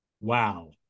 Wow